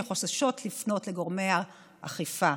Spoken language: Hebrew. שחוששות לפנות לגורמי האכיפה,